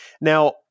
Now